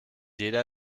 jeder